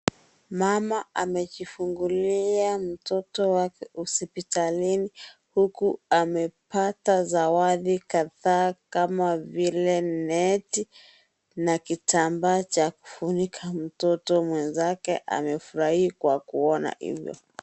Mama amejifungulia mtoto wake hospitalini. Huku, amepata zawadi kadhaa kama vile, neti na kitambaa cha kufunika mtoto. Mwenzake wamefurahi kwa kuona hivyo.